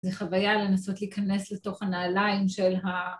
‫זו חוויה לנסות להיכנס ‫לתוך הנעליים של ה...